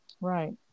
right